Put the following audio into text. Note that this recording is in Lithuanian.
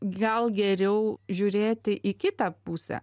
gal geriau žiūrėti į kitą pusę